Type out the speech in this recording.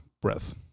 Breath